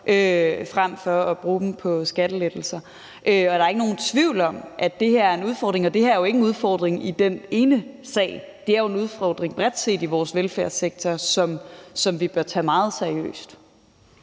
frem for at bruge dem på skattelettelser. Der er ikke nogen tvivl om, at det her er en udfordring. Og det her er jo ikke en udfordring i den ene sag, men det er en udfordring bredt set i vores velfærdssektor, som vi bør tage meget seriøst.